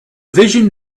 vision